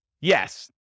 Yes